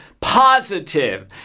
positive